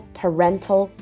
parental